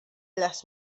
las